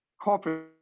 corporate